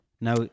Now